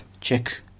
check